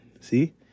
See